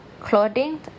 clothing